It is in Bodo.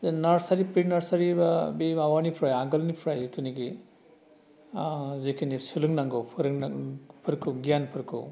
जे नार्सारि प्रि नार्सारि एबा बे माबानिफ्राय आगोलनिफ्राय जिथुनाखि जिखिनि सोलोंनांगौ फोरोंनांफोरखौ गियानफोरखौ